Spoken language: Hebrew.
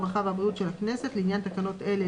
הרווחה והבריאות של הכנסת לעניין תקנות אלה,